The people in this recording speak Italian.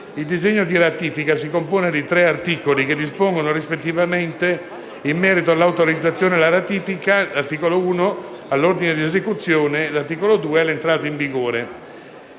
di legge di ratifica si compone di tre articoli, che dispongono rispettivamente in merito all'autorizzazione alla ratifica (articolo 1), all'ordine di esecuzione (articolo 2) e all'entrata in vigore.